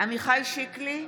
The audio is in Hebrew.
עמיחי שיקלי,